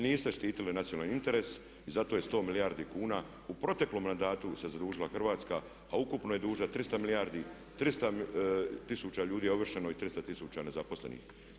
Niste štitili nacionalni interes i zato je 100 milijardi kuna u proteklom mandatu se zadužila Hrvatska a ukupno je dužna 300 milijardi, 300 tisuća ljudi je ovršeno i 300 tisuća nezaposlenih.